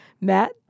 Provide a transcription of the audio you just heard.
Matt